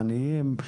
עניים,